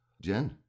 Jen